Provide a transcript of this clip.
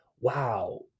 wow